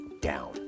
down